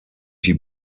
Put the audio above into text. die